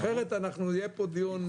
אחרת אנחנו --- יהיה פה דיון --- בסדר גמור.